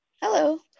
Hello